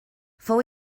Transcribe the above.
fou